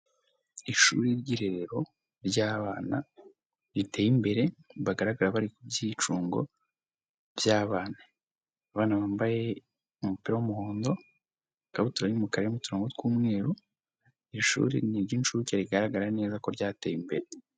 Ishuri ry'irerero ry'abana riteye imbere bagaragara bari kubyicungo by'abana, abana bambaye umupira w'umuhondo, ikabutura y'umukara irimo uturongo tw'umweru, iri ishuri ni iry'incuke rigaragara neza ko ryateye imbere.